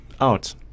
out